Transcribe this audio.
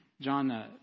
John